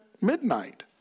midnight